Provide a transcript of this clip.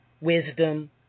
wisdom